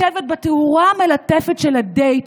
לשבת בתאורה המלטפת של ה-date,